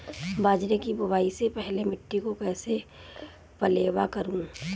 बाजरे की बुआई से पहले मिट्टी को कैसे पलेवा करूं?